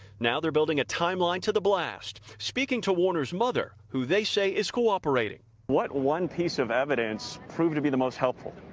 now, they are building a timeline to the blast speaking to warner's mother, who they say is cooperating. what one piece of evidence proved to be the most helpful?